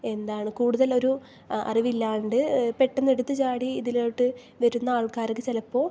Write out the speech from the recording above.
എന്താണ് കൂടുതൽ ഒരു അറിവില്ലാണ്ട് പെട്ടെന്ന് എടുത്ത് ചാടി ഇതിലോട്ട് വരുന്ന ആൾക്കാർക്ക് ചിലപ്പോൾ